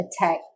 attack